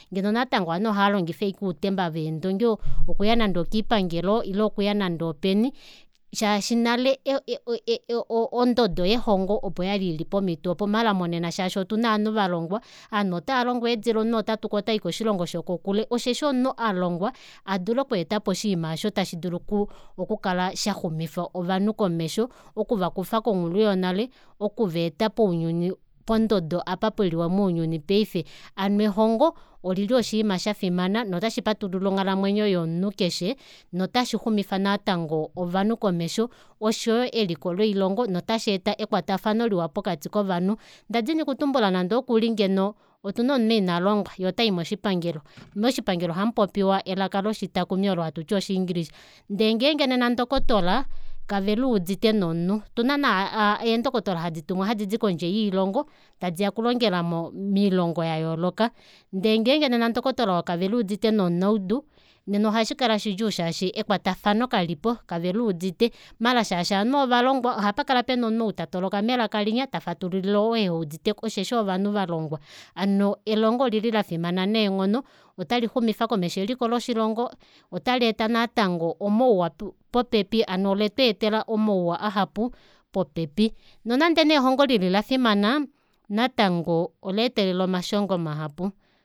Ngeno natango ovanhu ohaalongifa ashike nande outemba veendongi okuya nande okoipangelo ile okuya nande openi shaashi nale e- e- e- e- o- o ondodo yelongo opo yali ili pomito opo maala monena shaashi otuna ovanhu valongwa ovanhu otavanhu otaalongwa eedila omunhu otatuka otayi koshilongo shokokule osheshi omunhu alongwa adule okweetapo oshiima aasho tashidulu okuu okukla shaxumifa ovanhu komesho okuvakufa konghulu yonale okuvaeta pounyuni pondodo apa peliwe mounyuni paife hano elongo olili oshiima shafimana noshipatulula onghalamwenyo yomunhu keshe notashixumifa natango ovanhu komesho oshoyo eliko loilonga notasheeta ekwatafano liwa pokati kovanhu ndadini okutumbula nande okuli ngeno outuna omunhu inalongwa yee otayi moshipangelo moshipangelo ohamupopiwa elaka loshitakumi olo hatuti oshingilisha ndee ngeenge nena ndokotola kaveluudite nomunhu otuna neendokotola hadi tumwa hadidi kondje yoilongo tadiya okulongela moilongo yayooloka ndee ngenge nena ndokotola oo kaveluudite nomunaudu nena ohashikala shidjuu shashi ekwatafano kalipo kaveluudite maala shaashi ovanhu ovalongwa ohapakala pena omunhu ou tatoloka melaka linya tafatululile ou eheuditeko osheshi ovanhu valongwa hano elongo olili lafimana neenghono notalixumifa komesho eliko loshilongo ota leeta natango omauwa popepi hano oletweetela omauwa ahapu popepi nonande nee elongo lili lafimana natango ola etelela omashongo mahapu